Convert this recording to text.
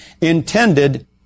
intended